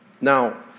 Now